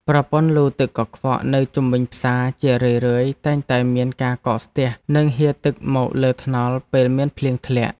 ប្រព័ន្ធលូទឹកកខ្វក់នៅជុំវិញផ្សារជារឿយៗតែងតែមានការស្ទះនិងហៀរទឹកមកលើថ្នល់ពេលមានភ្លៀងធ្លាក់។